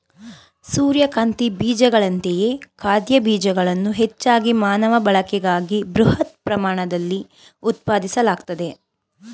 ಸೂರ್ಯಕಾಂತಿ ಬೀಜಗಳಂತೆಯೇ ಖಾದ್ಯ ಬೀಜಗಳನ್ನು ಹೆಚ್ಚಾಗಿ ಮಾನವ ಬಳಕೆಗಾಗಿ ಬೃಹತ್ ಪ್ರಮಾಣದಲ್ಲಿ ಉತ್ಪಾದಿಸಲಾಗ್ತದೆ